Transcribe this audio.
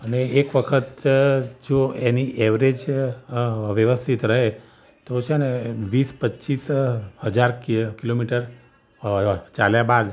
અને એક વખત જો એની ઍવરેજ વ્યવસ્થિત રહે તો છે ને વીસ પચીસ હજાર કિ કિલોમીટર ચાલ્યા બાદ